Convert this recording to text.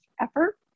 effort